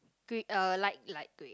grey uh light light grey